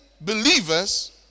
believers